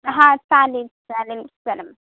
हां चालेल चालेल चला मग